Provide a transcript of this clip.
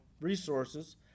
resources